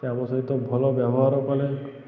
ତାଙ୍କ ସହିତ ଭଲ ବ୍ୟବହାର କଲେ